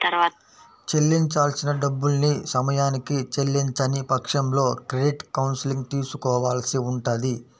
చెల్లించాల్సిన డబ్బుల్ని సమయానికి చెల్లించని పక్షంలో క్రెడిట్ కౌన్సిలింగ్ తీసుకోవాల్సి ఉంటది